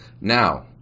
Now